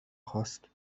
خاست